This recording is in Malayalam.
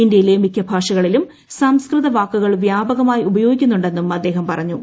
ഇന്ത്യയിലെ മിക്ക ഭാഷകളിലും സംസ്കൃത വാക്കുകൾ വ്യാപകമായി ഉപയോഗിക്കുന്നുണ്ടെന്നും അദ്ദേഹം പറഞ്ഞു